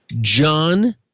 John